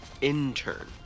Intern